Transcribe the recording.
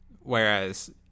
Whereas